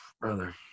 Brother